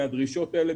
מהדרישות האלה,